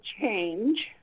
change